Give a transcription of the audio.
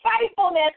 faithfulness